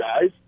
guys